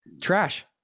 trash